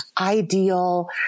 ideal